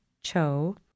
Cho